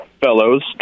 fellows